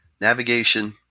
navigation